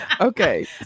Okay